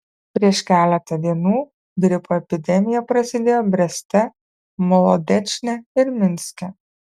prieš keletą dienų gripo epidemija prasidėjo breste molodečne ir minske